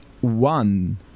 one